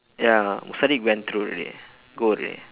ya musadiq went through already go already